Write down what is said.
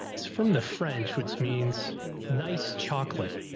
it's from the french woods, means nice chocolate.